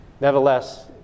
Nevertheless